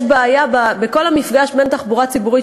יש בעיה בכל המפגש בין תחבורה ציבורית,